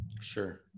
sure